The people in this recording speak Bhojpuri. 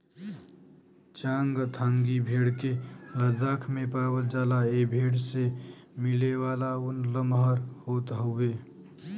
चांगथांगी भेड़ के लद्दाख में पावला जाला ए भेड़ से मिलेवाला ऊन लमहर होत हउवे